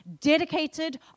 dedicated